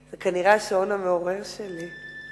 זה כנראה השעון המעורר שלי,